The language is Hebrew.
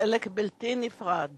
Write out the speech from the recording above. חלק בלתי נפרד